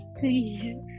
please